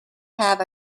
have